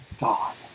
God